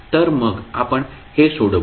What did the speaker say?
तर मग आपण हे सोडवू